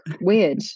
weird